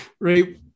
right